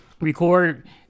record